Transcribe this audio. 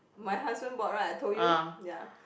my husband bought right I told you ya